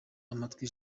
amatwi